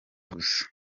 gusa